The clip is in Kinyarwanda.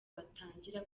batangira